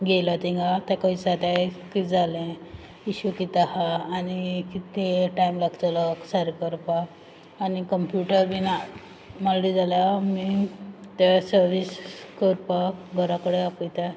घेयला तिंगा तेको इच्चाताय कित जालें इश्यू कित आहा आनी कितें टायम लागतोलो सारको कोरपा आनी कंप्यूटर बीन मोडल जाल्यार आमी ते सर्वीस कोरपा घोरा कोडेन आपोयता